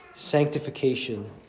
Sanctification